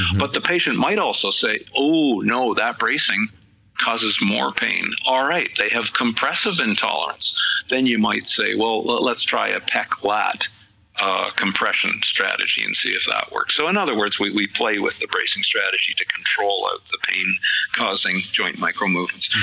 but the patient might also say, oh no, that bracing causes more pain, all right they have compressive intolerance then you might say let's try a pec lat compression strategy and see of that works, so in other words we we play with the bracing strategy to control the pain causing joint micro-movements,